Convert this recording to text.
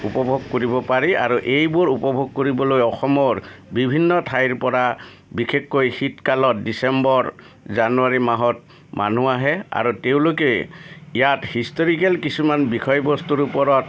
উপভোগ কৰিব পাৰি আৰু এইবোৰ উপভোগ কৰিবলৈ অসমৰ বিভিন্ন ঠাইৰপৰা বিশেষকৈ শীতকালত ডিচেম্বৰ মাহত মানুহ আহে আৰু তেওঁলোকে ইয়াত হিষ্টৰিকেল কিছুমান বিষয়বস্তুৰ ওপৰত